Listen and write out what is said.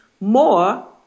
more